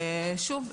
למשל,